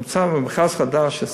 יצאנו למכרז חדש.